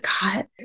god